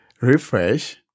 refresh